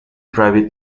private